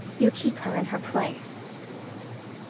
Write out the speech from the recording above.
you keep her in her place